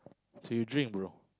do you drink bro